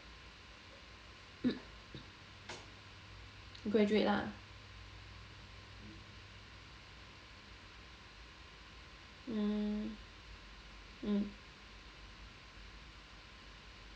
graduate lah mm mm